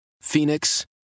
Phoenix